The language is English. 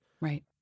Right